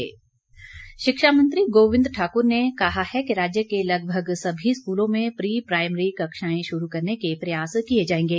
शिक्षा मंत्री शिक्षा मंत्री गोविंद ठाक्र ने कहा है कि राज्य के लगभग सभी स्कूलों में प्री प्राईमरी कक्षाएं शुरू करने के प्रयास किए जाएंगे